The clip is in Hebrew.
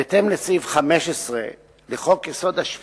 בהתאם לסעיף 15 לחוק-יסוד: השפיטה,